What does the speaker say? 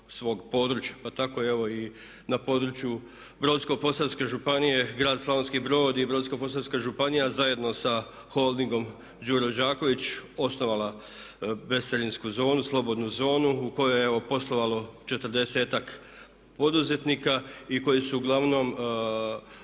svog područja. Pa tako evo i na području Brodsko-posavske županije, grad Slavonski Brod i Brodsko-posavska županija zajedno sa holdingom Đuro Đaković osnovala … zonu slobodnu zonu u kojoj je evo poslovalo 40-ak poduzetnika i koji su uglavnom